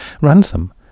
Ransom